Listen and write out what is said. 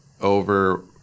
over